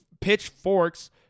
Pitchfork's